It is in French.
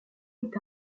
est